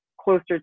closer